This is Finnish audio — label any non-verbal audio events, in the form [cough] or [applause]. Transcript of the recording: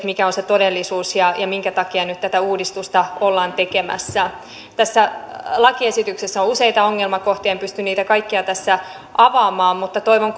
[unintelligible] mikä on se todellisuus ja ja minkä takia nyt tätä uudistusta ollaan tekemässä tässä lakiesityksessä on useita ongelmakohtia en pysty niitä kaikkia tässä avaamaan mutta toivon [unintelligible]